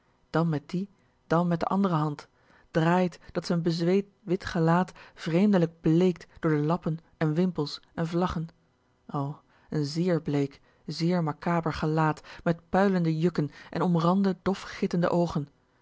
dan met die dan met de andre hand draait dat z'n bezweet wit gelaat vreemdelijk bleekt door de lappen en wimpels en vlaggen o n zéér bleek zeer makaber gelaat met puilende jukken en omrande dof gittende oogen